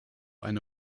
eine